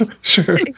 Sure